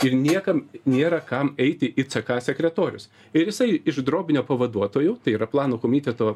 ir niekam nėra kam eiti į ck sekretorius ir jisai iš drobnio pavaduotojų tai yra plano komiteto